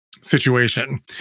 situation